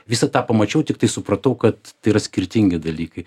visą tą pamačiau tiktai supratau kad skirtingi dalykai